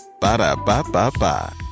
ba-da-ba-ba-ba